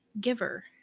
giver